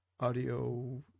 Audio